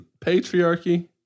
patriarchy